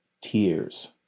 tears